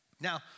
Now